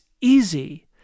easy